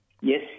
Yes